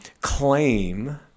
claim